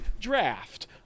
draft